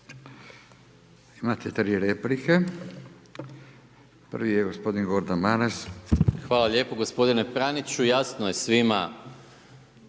Imate tri replike. Prvi je gospodin Gordan Maras. **Maras, Gordan (SDP)** Hvala lijepo gospodine Praniću. Jasno je svima,